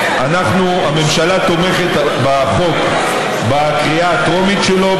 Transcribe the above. הממשלה תומכת בחוק בקריאה הטרומית שלו,